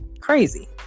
crazy